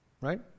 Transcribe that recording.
right